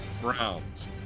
Browns